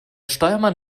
steuermann